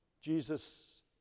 Jesus